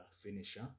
finisher